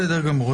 בסדר גמור.